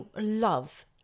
love